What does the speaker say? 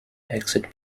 exit